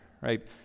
right